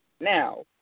Now